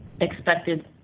expected